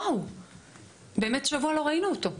וואו באמת שבוע לא ראינו אותו.